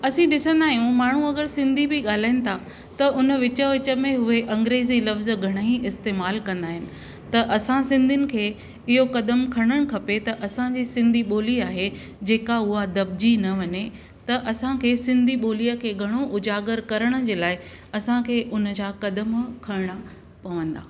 असी ॾिसंदा आहियूं माण्हू अगरि सिंधी बि ॻाल्हाइनि था त उन जे विच विच में उहे अंग्रेजी लफ़्ज़ घणा ई इस्तेमालु कंदा आहिनि त असां सिंधियुनि खे इहो क़दम खणणु खपे त असांजी सिंधी ॿोली आहे जेका उहा दॿिजी न वञे त असांखे सिंधी ॿोलीअ खे घणो उजागर करण जे लाइ असांखे उन जा क़दम खणणा पवंदा